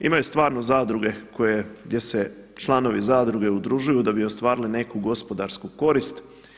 Imaju stvarno zadruge koje, gdje se članovi zadruge udružuju da bi ostvarili neku gospodarsku korist.